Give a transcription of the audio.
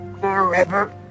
forever